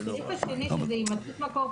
-- אם לא מצא מנהל המערכת שהתקיימו התנאים